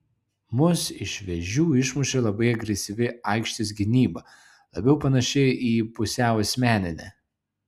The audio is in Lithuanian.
mus iš vėžių išmušė labai agresyvi aikštės gynyba labiau panaši į pusiau asmeninę